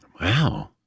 Wow